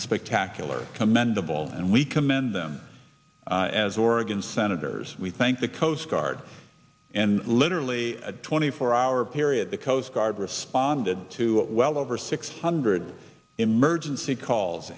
spectacular commendable and we commend them as oregon senators we thank the coast guard and literally a twenty four hour period the coast guard responded to well over six hundred emergency calls